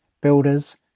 builders